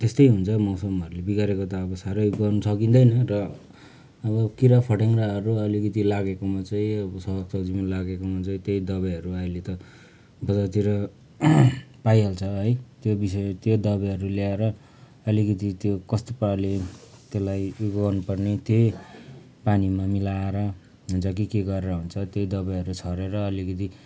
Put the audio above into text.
त्यस्तै हुन्छ मौसमहरूले त बिगारेको त अब साह्रै गर्नु सकिँदैन र अब किरा फटेङ्ग्राहरू अलिकति लागेकोमा चाहिँ अब साग सब्जी लागेकोमा चाहिँ त्यही दबाईहरू अहिले त बजारतिर पाइहाल्छ है त्यो विषय त्यो दबाईहरू ल्याएर अलिकति त्यो कस्तो पाराले त्यसलाई उयो गर्नुपर्ने त्यही पानीमा मिलाएर हुन्छ कि के गरेर हुन्छ त्यही दबाईहरू छरेर अलिकति